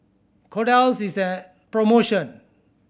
kordel's is on promotion